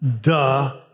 duh